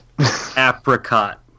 apricot